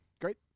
Great